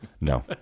no